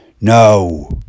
No